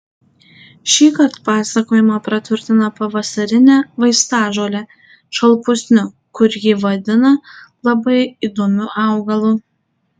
šįkart pasakojimą praturtina pavasarine vaistažole šalpusniu kurį vadina labai įdomiu augalu